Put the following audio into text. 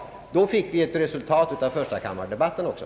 Då finge vi ett resultat av förstakammardebatten också.